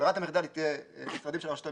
ברירת המחדל תהיה משרדים של הרשות המקומית,